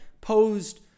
posed